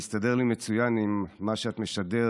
זה מסתדר לי מצוין עם מה שאת משדרת,